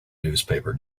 newspaper